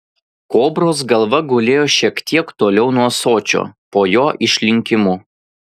kobros galva gulėjo šiek tiek toliau nuo ąsočio po jo išlinkimu